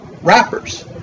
rappers